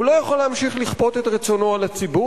הוא לא יכול להמשיך לכפות את רצונו על הציבור